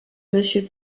monsieur